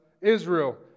Israel